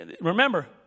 Remember